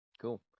cool